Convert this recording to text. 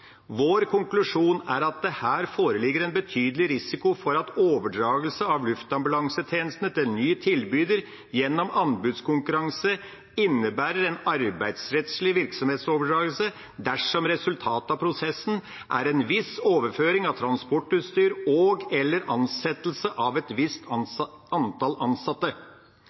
konklusjon er at det her foreligger en betydelig risiko for at overdragelse av luftambulansetjenesten til ny tilbyder gjennom anbudskonkurranse innebærer en arbeidsrettslig virksomhetsoverdragelse dersom resultatet av prosessen er en viss overføring av transportutstyr og/eller ansettelse av et visst antall ansatte.